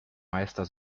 meister